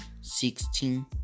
sixteen